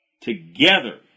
together